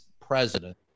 president